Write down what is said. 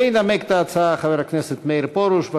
וינמק את ההצעה חבר הכנסת מאיר פרוש.